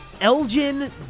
Elgin